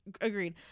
agreed